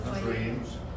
Dreams